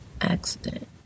Accident